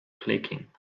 clicking